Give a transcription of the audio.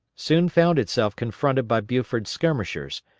soon found itself confronted by buford's skirmishers,